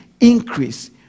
increase